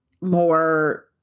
more